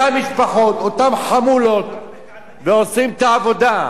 אותן משפחות, אותן חמולות, ועושים את העבודה.